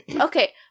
Okay